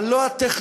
אבל לא הטכנולוגיה